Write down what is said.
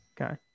Okay